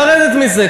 לרדת מזה,